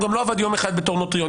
הוא גם לא עבד יום אחד בתור נוטריון.